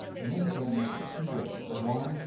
and this is going to be used in two ways. one,